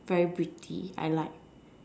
very pretty I like